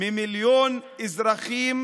ממיליון אזרחים